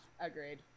agreed